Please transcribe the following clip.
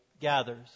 gathers